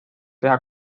teha